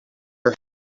your